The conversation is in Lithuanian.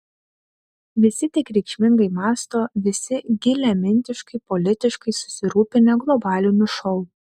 visi tik reikšmingai mąsto visi giliamintiškai politiškai susirūpinę globaliniu šou